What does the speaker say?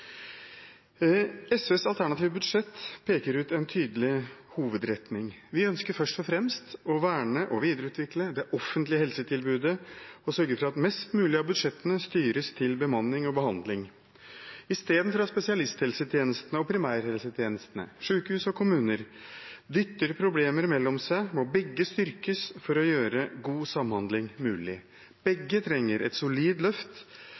SVs alternative budsjett peker ut en tydelig hovedretning. Vi ønsker først og fremst å verne og videreutvikle det offentlige helsetilbudet og sørge for at mest mulig av budsjettene styres til bemanning og behandling. Istedenfor at spesialisthelsetjenesten og primærhelsetjenesten – sykehus og kommuner – dytter problemer mellom seg, må begge styrkes for å gjøre god samhandling mulig. Begge trenger et solid løft.